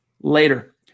later